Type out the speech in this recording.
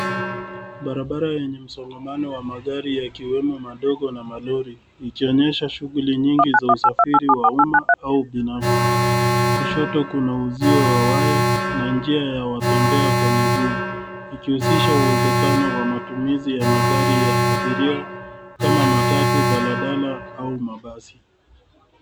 Barabara yenye msongamano wa magari yakiwemo madogo na malori, ikionyesha shughuli nyingi za usafiri wa umma au binafsi. Kushoto kuna uzio wa waya na njia ya watembea kwa miguu, ikihusisha uwezakano wa matumizi ya magari ya abiria kama matatu, daladala au mabasi.